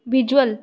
visual